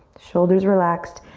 shoulders relaxed,